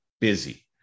busy